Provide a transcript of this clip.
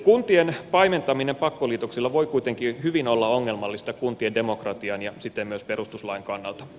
kuntien paimentaminen pakkoliitoksilla voi kuitenkin hyvin olla ongelmallista kuntien demokratian ja siten myös perustuslain kannalta